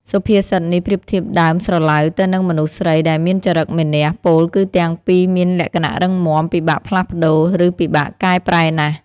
សុភាសិតនេះប្រៀបធៀបដើមស្រឡៅទៅនឹងមនុស្សស្រីដែលមានចរិតមានះ ពោលគឺទាំងពីរមានលក្ខណៈរឹងមាំ ពិបាកផ្លាស់ប្តូរ ឬពិបាកកែប្រែណាស់។